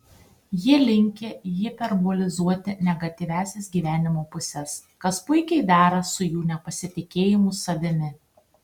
jie linkę hiperbolizuoti negatyviąsias gyvenimo puses kas puikiai dera su jų nepasitikėjimu savimi